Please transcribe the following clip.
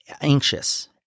anxious